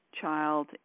child